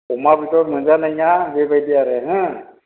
अमा बेदर मोनजानाय नोङा बेबादि आरो हो